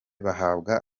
bahabwa